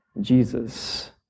Jesus